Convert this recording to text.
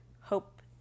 hope